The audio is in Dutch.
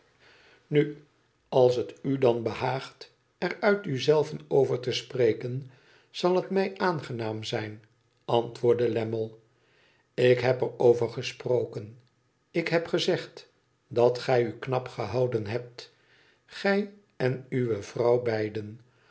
na als het u dan behaagt er uit u zelven over te spreken zal het mij aangenaam zijn antwoordde lammie lik heb er over gesproken ik heb gezegd dat gij u knap gehouden hebt gij en uwe vrouw beiden